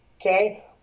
okay